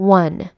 one